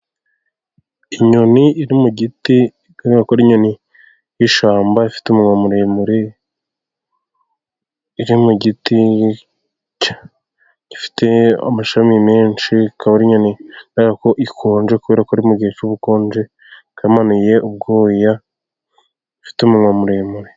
Inyoni iri mu giti, bigaragara ko ari inyoni y'ishamba ifite umunwa muremure iri mu giti gifite amashami menshi. Ikaba ari inyoni igaragara ko ikonje kubera ko ari mugihe cy'ubukonje, yamanuye ubwoya, ifite umunwa muremure.